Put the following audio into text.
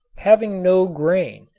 having no grain,